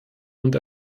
und